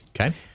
Okay